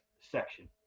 section